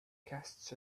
casts